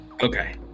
Okay